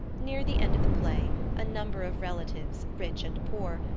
near the end of the play a number of relatives, rich and poor,